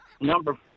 Number